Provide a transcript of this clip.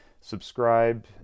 subscribe